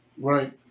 Right